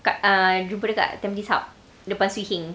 kat ah jumpa dekat depan